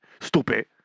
Stupid